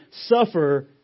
suffer